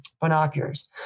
binoculars